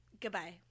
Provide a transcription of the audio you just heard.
Goodbye